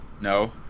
No